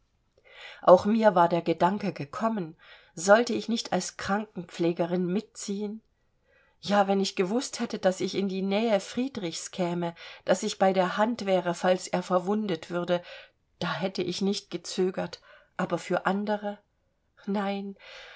auch mir war der gedanke gekommen sollte ich nicht als krankenpflegerin mitziehen ja wenn ich gewußt hätte daß ich in die nähe friedrichs käme daß ich bei der hand wäre falls er verwundet würde da hätte ich nicht gezögert aber für andere nein